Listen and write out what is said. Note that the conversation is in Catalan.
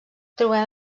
trobem